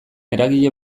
eragile